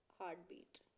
heartbeat